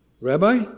Rabbi